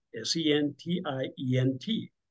S-E-N-T-I-E-N-T